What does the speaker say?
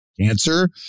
cancer